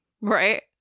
Right